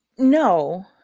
No